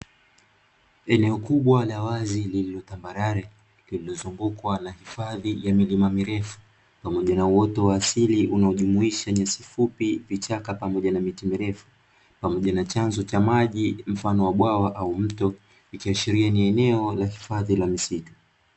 Eneo kubwa la wazi lililotambarare, lililozungukwa na hifadhi ya milima mirefu; pamoja na uoto wa asili unaojumuisha nyasi fupi, vichaka pamoja na miti mirefu;; pamoja na chanzo cha maji mfano wa bwawa au mto; ikiashiria ni eneo la hifadhi la misitu.